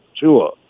Tua